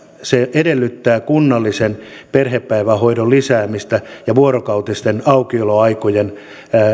se edellyttää kunnallisen perhepäivähoidon lisäämistä ja vuorokautisten aukioloaikojen